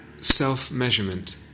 self-measurement